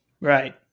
Right